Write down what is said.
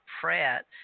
Pratt